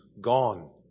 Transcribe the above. gone